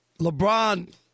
LeBron